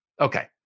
okay